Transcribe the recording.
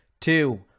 two